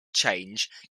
change